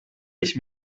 ich